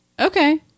Okay